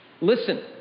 Listen